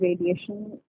radiation